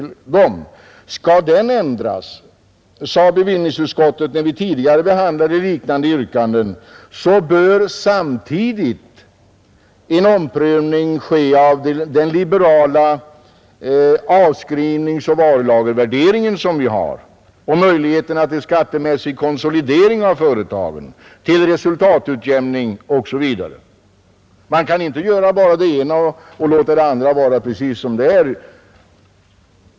Om den beskattningen skall ändras, förklarade bevillningsutskottet vid behandlingen av tidigare yrkanden, bör samtidigt en omprövning göras av den liberala avskrivning och lagervärdering som vi har och möjligheterna till skattemässig konsolidering av företagen genom resultatutjämning osv. Man kan inte göra bara det ena och låta det andra vara precis som det är.